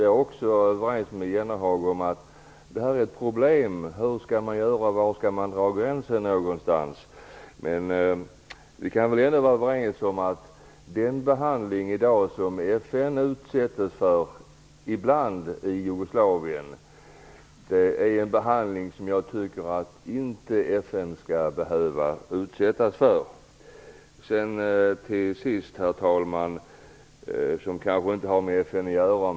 Jag är överens med Jan Jennehag om att detta är ett problem. Hur skall man göra? Var skall man dra gränsen någonstans? Men den behandling som FN ibland utsätts för i Jugoslavien tycker jag inte att FN skall behöva utsättas för. Till sist, herr talman, skall jag ta upp något som kanske inte har med FN att göra.